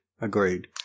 Agreed